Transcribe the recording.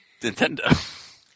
Nintendo